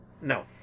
No